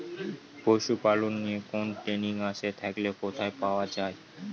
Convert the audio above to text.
পশুপালন নিয়ে কোন ট্রেনিং আছে থাকলে কোথায় পাওয়া য়ায়?